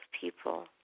people